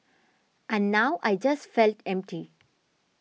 and now I just felt empty